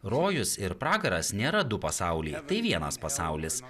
rojus ir pragaras nėra du pasauliai tai vienas pasaulis